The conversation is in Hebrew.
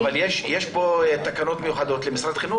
אבל יש פה תקנות מיוחדות למשרד החינוך.